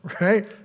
right